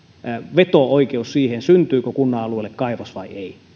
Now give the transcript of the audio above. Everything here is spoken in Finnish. veto oikeus siihen syntyykö kunnan alueelle kaivos vai ei